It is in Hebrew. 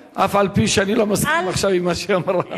אף-על-פי שאני לא מסכים עכשיו עם מה שהיא אמרה.